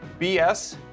BS